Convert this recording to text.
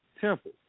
temple